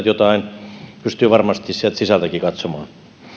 jotain pystyy varmasti sieltä sisältäkin katsomaan